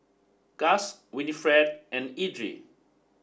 Gus Winifred and Edrie